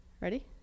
Ready